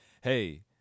Hey